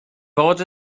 bod